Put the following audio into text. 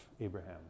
Abraham